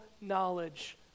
knowledge